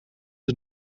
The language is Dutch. het